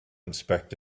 inspect